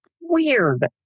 weird